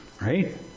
right